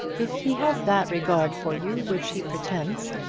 if he has that regard for you which he pretends,